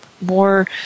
more